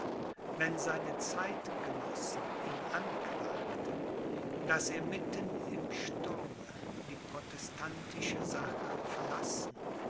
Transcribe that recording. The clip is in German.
wenn seine zeitgenossen ihn anklagten daß er mitten im sturme die protestantische sache verlassen